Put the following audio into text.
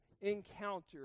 encounter